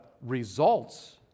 results